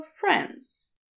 friends